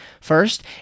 first